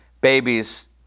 babies